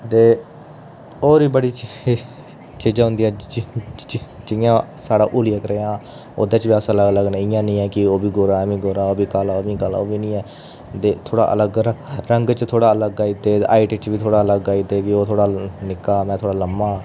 ते होर बी बड़ी चीज़ां होन्दियां जि'यां साढ़ा हुलिया कनेहा ओह्दे च बी अस अलग नेईं हैन की ओह् बी गोरा आमीं गोरा ओह् बी काला आमीं काला ओह् बी निं ऐ ते ओह् थोह्ड़ा अलग रंग च थोह्ड़ा अलग आई दे हाइट च बी थोह्डा अलग आई दे की ओह् थोह्ड़ा निक्का में थोह्ड़ा लम्मा